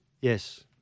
Yes